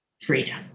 Freedom